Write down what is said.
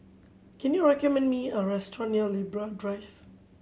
can you recommend me a restaurant near Libra Drive